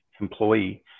employee